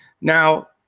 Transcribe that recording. Now